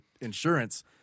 insurance